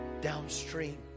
downstream